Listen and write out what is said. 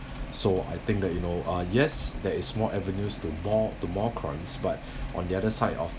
so I think that you know uh yes that is more avenues to more to more crimes but on the other side of